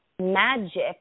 magic